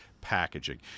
packaging